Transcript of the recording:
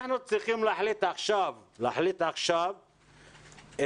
אנחנו צריכים להחליט עכשיו על מסגרת